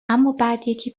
امابعدیکی